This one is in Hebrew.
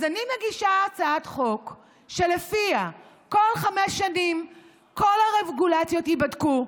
אז אני מגישה הצעת חוק שלפיה כל חמש שנים כל הרגולציות ייבדקו.